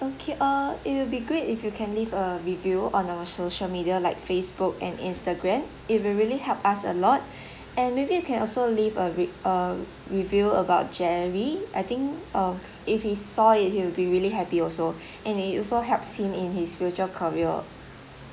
okay uh it will be great if you can leave a review on our social media like facebook and instagram it will really help us a lot and maybe you can also leave a re~ uh review about jerry I think uh if he saw it he will be really happy also and it also helps him in his future career